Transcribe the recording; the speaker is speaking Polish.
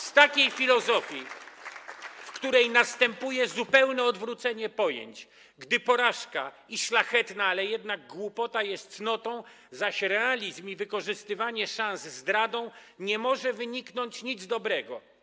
Z takiej filozofii, w której następuje zupełne odwrócenie pojęć, gdy porażka i szlachetna, ale jednak głupota są cnotami, zaś realizm i wykorzystywanie szans - zdradą, nie może wyniknąć nic dobrego.